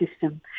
system